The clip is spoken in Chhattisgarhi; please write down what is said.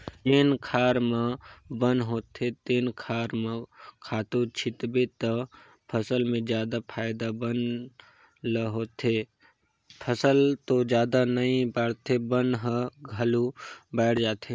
जेन खार म बन होथे तेन खार म खातू छितबे त फसल ले जादा फायदा बन ल होथे, फसल तो जादा नइ बाड़हे बन हर हालु बायड़ जाथे